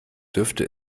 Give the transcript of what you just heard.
dürfte